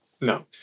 No